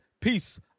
Peace